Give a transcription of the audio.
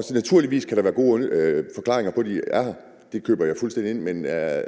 ud. Naturligvis kan der være gode forklaringer på, at de er her – det køber jeg fuldstændig ind på – men er